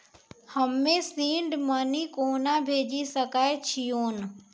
हम्मे seed money कोना भेजी सकै छिओंन